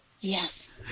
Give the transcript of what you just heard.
Yes